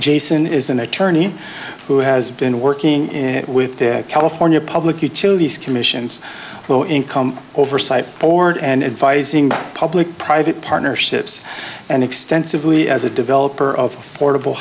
jason is an attorney who has been working with the california public utilities commission low income oversight board and advising the public private partnerships and extensively as a developer of portable